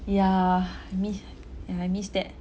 yeah me and I miss that